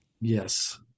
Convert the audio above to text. yes